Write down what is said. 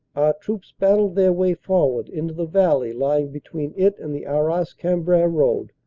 troops battled their way forward int! the valley lying between it and the arras-cambrai road,